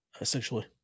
essentially